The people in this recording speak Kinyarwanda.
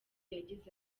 yagize